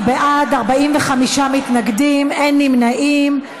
17 בעד, 45 מתנגדים, אין נמנעים.